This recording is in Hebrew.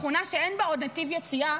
שכונה שאין בה עוד נתיב יציאה,